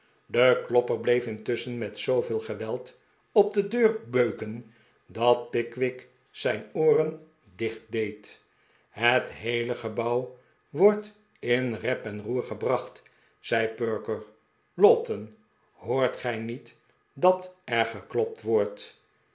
de klopper bleef intusschen met zooveel geweld op de deur beuken dat pickwick zijn ooren dicht hield het heele gebouw wordt in rep en roer gebracht zei perker lowten hoort gij niet dat er geklopt wordt